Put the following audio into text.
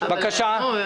אנחנו גם